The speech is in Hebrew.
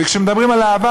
וכשמדברים על אהבה,